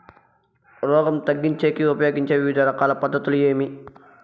రోగం తగ్గించేకి ఉపయోగించే వివిధ రకాల పద్ధతులు ఏమి?